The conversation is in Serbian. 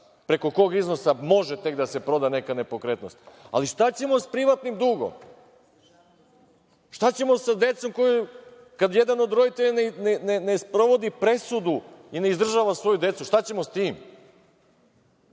preko kog iznosa može tek da se proda neka nepokretnost, ali šta ćemo sa privatnim dugom? Šta ćemo sa decom kojoj jedan od roditelja ne sprovodi presudu i ne izdržava svoju decu, šta ćemo sa tim?